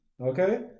okay